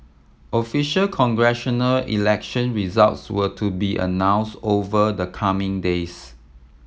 official congressional election results were to be announce over the coming days